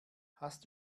hast